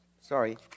sorry